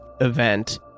event